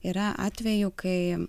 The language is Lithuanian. yra atvejų kai